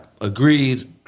agreed